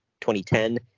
2010